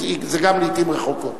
וגם זה לעתים רחוקות.